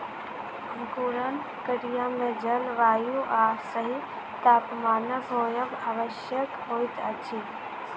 अंकुरण क्रिया मे जल, वायु आ सही तापमानक होयब आवश्यक होइत अछि